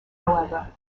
however